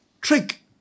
trick